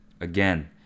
again